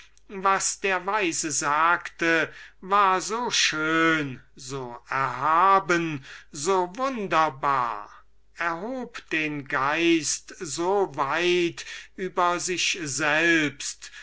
was der weise sagte war so schön so erhaben so wunderbar erhob den geist so weit über sich selbst warf